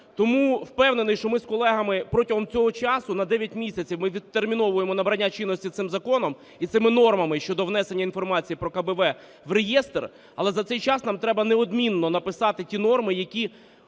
Тому впевнений, що ми з колегами протягом цього часу… на дев'ять місяців ми відтерміновуємо набрання чинності цим законом і цими нормами щодо внесення інформації про КБВ в реєстр, але за цей час нам треба неодмінно написати ті норми, які